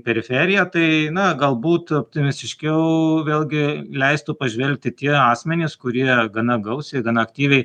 periferiją tai na galbūt optimistiškiau vėlgi leistų pažvelgti tie asmenys kurie gana gausiai gana aktyviai